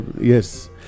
yes